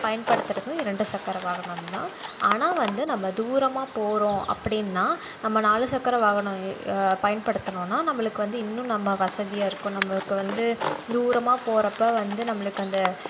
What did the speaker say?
பயன்படுத்துவதும் இரண்டு சக்கர வாகனம்தான் ஆனால் வந்து நம்ம தூரமாக போகிறோம் அப்படின்னா நம்ம நாலு சக்கர வாகனம் பயன்படுத்துனோன்னால் நம்மளுக்கு வந்து இன்னும் நம்ம வசதியாக இருக்கும் நம்மளுக்கு வந்து தூரமாக போகிறப்ப வந்து நம்மளுக்கு அந்த